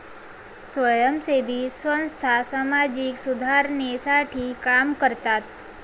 स्वयंसेवी संस्था सामाजिक सुधारणेसाठी काम करतात